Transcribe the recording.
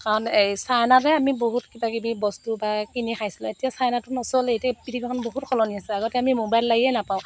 কাৰণ এই চাইনাৰে আমি বহুত কিবা কিবি বস্তু পাই কিনি খাইছিলোঁ এতিয়া চাইনাটো নচলেই এতিয়া পৃথিৱীখন বহুত সলনি হৈছে আগতে আমি মোবাইল লাৰিয়ে নাপাওঁ